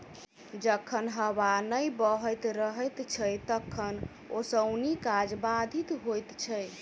जखन हबा नै बहैत रहैत छै तखन ओसौनी काज बाधित होइत छै